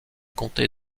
comté